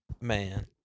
Man